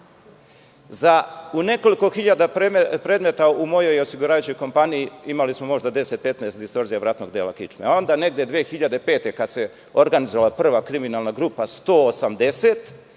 za nekoliko hiljada predmeta u mojoj i osiguravajućoj kompaniji, imali smo možda 10-15 distorzija vratnog dela kičme, a onda negde 2005. godine kada se organizovala prva kriminalna grupa 180,